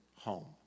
home